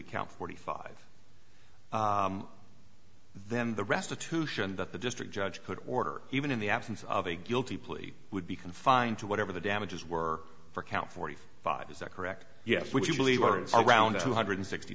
plea count forty five then the restitution that the district judge could order even in the absence of a guilty plea would be confined to whatever the damages were for count forty five is that correct yes would you believe are around two hundred sixty